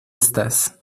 estas